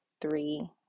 three